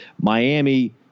Miami